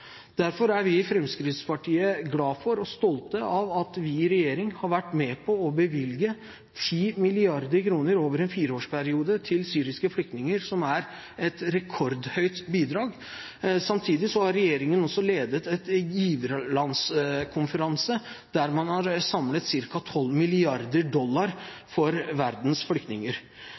Derfor er vi i Fremskrittspartiet glad for og stolte av at vi i regjering har vært med på å bevilge 10 mrd. kr over en fireårsperiode til syriske flyktninger, noe som er et rekordhøyt bidrag. Samtidig har regjeringen også ledet en giverlandskonferanse, der man har samlet inn ca. 12 mrd. dollar for verdens flyktninger.